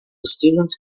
students